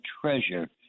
treasure